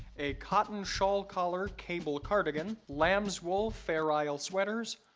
a cotton shawl collar cable cardigan, lamb's wool fair isle sweaters,